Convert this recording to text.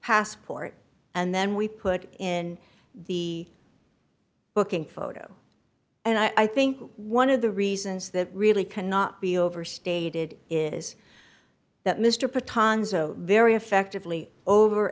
passport and then we put in the booking photo and i think one of the reasons that really cannot be overstated is that mr petang has a very effectively over